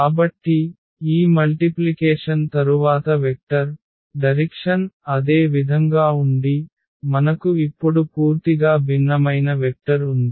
కాబట్టిఈ మల్టిప్లికేషన్ తరువాత వెక్టర్ దిశ అదే విధంగా ఉండి మనకు ఇప్పుడు పూర్తిగా భిన్నమైన వెక్టర్ ఉంది